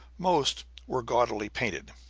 most were gaudily painted.